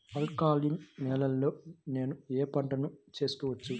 Alkaline నేలలో నేనూ ఏ పంటను వేసుకోవచ్చు?